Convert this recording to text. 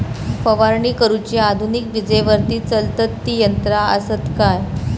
फवारणी करुची आधुनिक विजेवरती चलतत ती यंत्रा आसत काय?